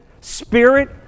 spirit